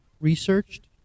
researched